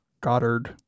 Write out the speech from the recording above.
Goddard